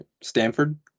Stanford